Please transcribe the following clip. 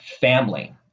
family